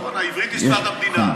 נכון, העברית היא שפת המדינה,